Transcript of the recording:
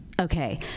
okay